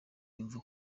yumva